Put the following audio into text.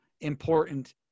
important